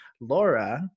Laura